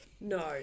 No